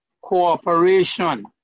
cooperation